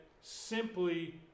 simply